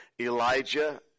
Elijah